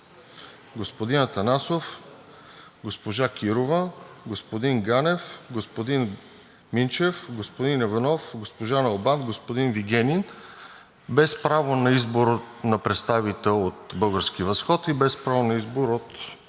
господин Атанасов, госпожа Кирова, господин Ганев, господин Минчев, господин Иванов, госпожа Налбант, господин Вигенин, без право на избор на представител от „Български възход“ и без право на избор от